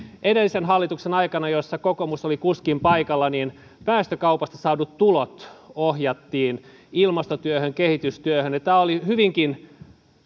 edellisen hallituksen aikana jossa kokoomus oli kuskin paikalla päästökaupasta saadut tulot ohjattiin ilmastotyöhön kehitystyöhön ja tämä oli hyvinkin